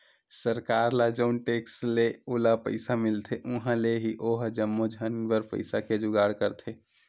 सरकार ल जउन टेक्स ले ओला पइसा मिलथे उहाँ ले ही ओहा जम्मो झन बर पइसा के जुगाड़ करथे